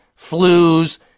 flus